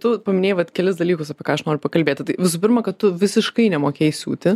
tu pamanei vat kelis dalykus apie ką aš noriu pakalbėti tai visų pirma kad tu visiškai nemokėjai siūti